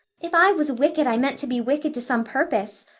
if i was wicked i meant to be wicked to some purpose.